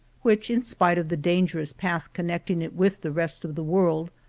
which, in spite of the dangerous path connecting it with the rest of the world,